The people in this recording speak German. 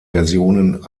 versionen